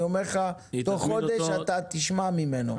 אני אומר לך, תוך חודש אתה תשמע ממנו.